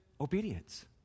obedience